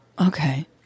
Okay